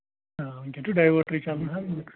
آ وٕنٛکین چھُ ڈایوٲٹرٕے چلان حظ